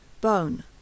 Bone